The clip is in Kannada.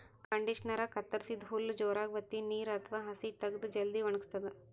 ಕಂಡಿಷನರಾ ಕತ್ತರಸಿದ್ದ್ ಹುಲ್ಲ್ ಜೋರಾಗ್ ವತ್ತಿ ನೀರ್ ಅಥವಾ ಹಸಿ ತಗದು ಜಲ್ದಿ ವಣಗಸ್ತದ್